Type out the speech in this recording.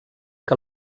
que